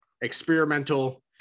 experimental